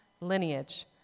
lineage